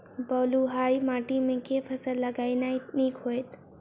बलुआही माटि मे केँ फसल लगेनाइ नीक होइत?